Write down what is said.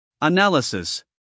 Analysis